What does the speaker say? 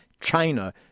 China